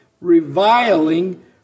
reviling